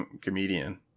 comedian